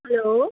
hello